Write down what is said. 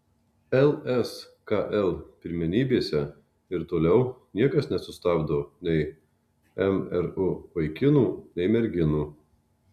lskl pirmenybėse ir toliau niekas nesustabdo nei mru vaikinų nei merginų